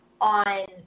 on